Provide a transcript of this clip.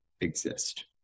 exist